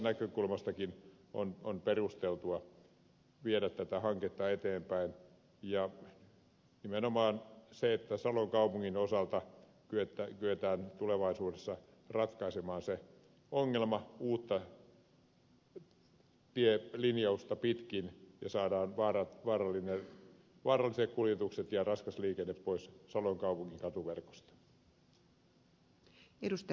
kansantaloudellisestakin näkökulmasta on perusteltua viedä tätä hanketta eteenpäin nimenomaan siten että salon kaupungin osalta kyetään tulevaisuudessa ratkaisemaan se ongelma uutta tielinjausta pitkin ja saadaan vaaralliset kuljetukset ja raskas liikenne pois salon kaupungin katuverkosta